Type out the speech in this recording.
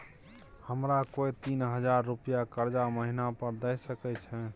हमरा कोय तीन हजार रुपिया कर्जा महिना पर द सके छै?